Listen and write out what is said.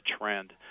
trend